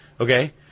Okay